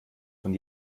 von